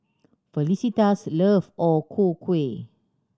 Felicitas love O Ku Kueh